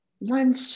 Lunch